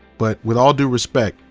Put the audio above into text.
but with all due respect.